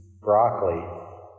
broccoli